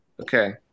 Okay